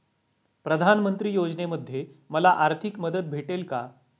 प्रधानमंत्री योजनेमध्ये मला आर्थिक मदत भेटेल का?